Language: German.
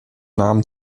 namen